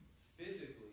physically